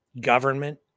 government